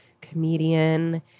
comedian